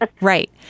right